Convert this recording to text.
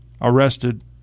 arrested